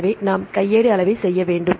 எனவே நாம் கையேடு அளவை செய்ய வேண்டும்